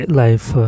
life